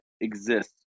exists